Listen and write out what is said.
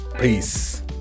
peace